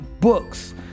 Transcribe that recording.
books